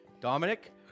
Dominic